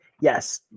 Yes